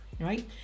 Right